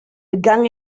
begann